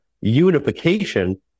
unification